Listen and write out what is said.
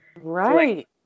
Right